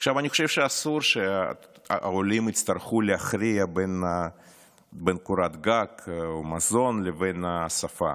אני חושב שאסור שהעולים יצטרכו להכריע בין קורת גג ומזון לבין השפה.